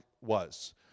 was